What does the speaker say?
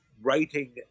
writing